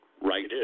right